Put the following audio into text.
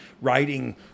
writing